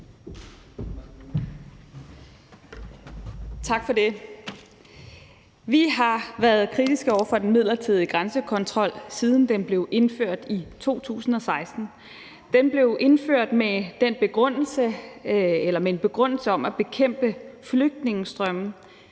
Tak for det. Vi har været kritiske over for den midlertidige grænsekontrol, siden den blev indført i 2016. Den blev indført med en begrundelse om at bekæmpe flygtningestrømme,